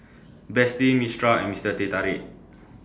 Betsy Mistral and Mister Teh Tarik